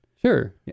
Sure